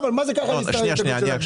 תתביישי לך.